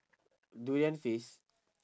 durian feast